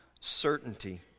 certainty